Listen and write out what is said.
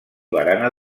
barana